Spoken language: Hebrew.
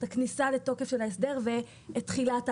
את הכניסה לתוקף של ההסדר ואת תחילת ההפעלה.